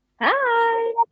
Hi